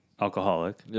alcoholic